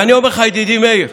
ואני אומר לך, ידידי מאיר,